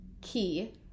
key